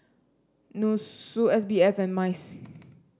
NUSSU S B F and MICE